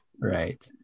right